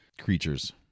creatures